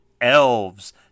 Elves